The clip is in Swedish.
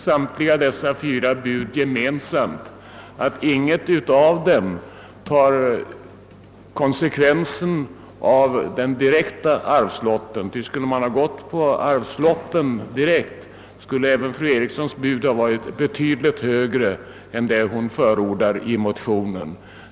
Samtliga dessa fyra bud har emellertid ett gemensamt, nämligen att inget av dem tar konsekvensen av den direkta arvslotten. Skulle man ha gått direkt på arvslotten, skulle även fru Erikssons bud ha varit betydligt högre än det hon förordar i motionen.